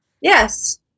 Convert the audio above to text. yes